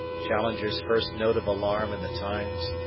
challenger's first note of alarm in the times,